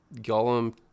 Gollum